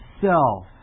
self